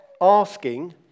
asking